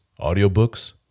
audiobooks